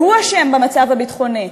והוא אשם במצב הביטחוני.